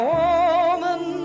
woman